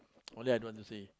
only I don't want to say